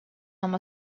нам